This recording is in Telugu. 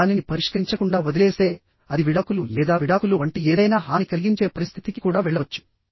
వారు దానిని పరిష్కరించకుండా వదిలేస్తే అది విడాకులు లేదా విడాకులు వంటి ఏదైనా హాని కలిగించే పరిస్థితికి కూడా వెళ్ళవచ్చు